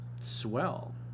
Swell